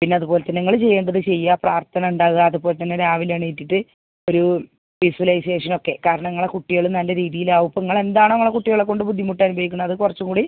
പിന്നെ അതുപോലെ തന്നെ നിങ്ങള് ചെയ്യേണ്ടത് ചെയ്യുക പ്രാർത്ഥന ഉണ്ടാകുക അതുപോലെ തന്നെ രാവിലെ എണീറ്റിട്ട് ഒരു വിശ്വലൈസേഷൻ ഒക്കെ കാരണം നിങ്ങളുടെ കുട്ടികള് നല്ല രീതിയിലാകും ഇപ്പോൾ നിങ്ങൾ എന്താണോ നിങ്ങളുടെ കുട്ടികളെ കൊണ്ട് ബുദ്ധിമുട്ടനുഭവിക്കുന്നത് അത് കുറച്ചും കൂടി